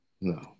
No